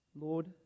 Lord